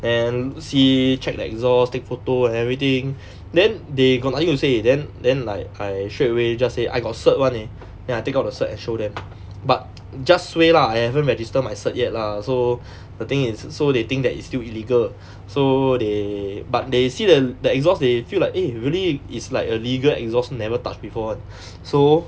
then see check the exhaust take photo and everything then they got nothing to say then then like I straight away just say I got certificate [one] leh then I take out the certificate then show them but just suay lah I haven't register my certificate yet lah so the thing is so they think that it's still illegal so they but they see the the exhaust they feel like eh really it's like a legal exhaust never touch before [one] so